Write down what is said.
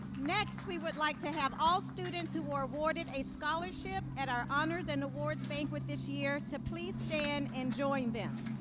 next, we would like to have all students who were awarded a scholarship at our honors and awards bank with this year to please stand and join them.